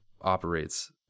operates